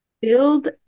build